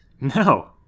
No